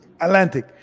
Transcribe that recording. Atlantic